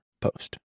post